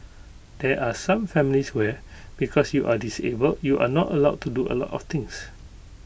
there are some families where because you are disabled you are not allowed to do A lot of things